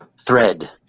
thread